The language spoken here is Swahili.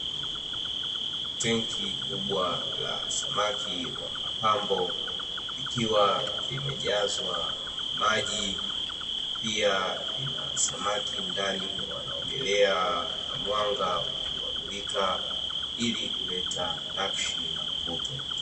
Tenki kubwa la samaki wa mapambo likiwa limejazwa maji, pia linasamaki ndani wanaogelea na mwanga ukiwamulika ili kuleta nakshi na mvuto.